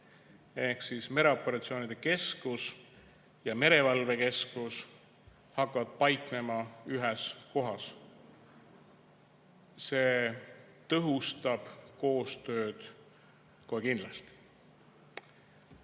Ehk mereoperatsioonide keskus ja merevalvekeskus hakkavad paiknema ühes kohas. See tõhustab koostööd kohe kindlasti.